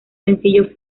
sencillo